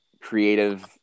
creative